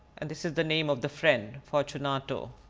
and this is the name of the friend fortunato,